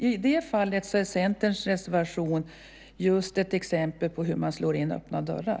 I det fallet är Centerns reservation ett exempel på hur man slår in öppna dörrar.